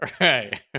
Right